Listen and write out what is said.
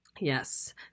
Yes